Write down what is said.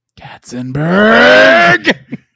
katzenberg